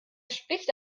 spricht